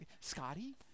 Scotty